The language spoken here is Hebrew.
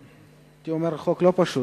הייתי אומר שהחוק לא פשוט.